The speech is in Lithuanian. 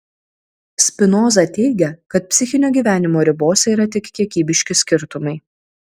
spinoza teigia kad psichinio gyvenimo ribose yra tik kiekybiški skirtumai